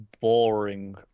boring